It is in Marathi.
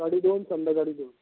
सकाळी दोन संध्याकाळी दोन